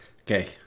Okay